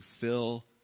fill